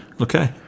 Okay